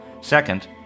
Second